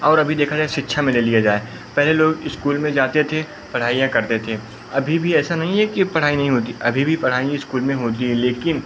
और अभी देखा जाए शिक्षा में ले लिया जाए पहले लोग इस्कूल में जाते थे पढ़ाइयाँ करते थे अभी भी ऐसा नहीं है कि अब पढ़ाई नहीं होती अभी भी पढ़ाइयाँ इस्कूल में होती है लेकिन